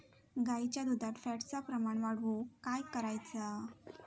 गाईच्या दुधात फॅटचा प्रमाण वाढवुक काय करायचा?